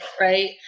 right